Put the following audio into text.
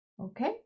okay